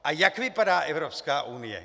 A jak vypadá Evropská unie?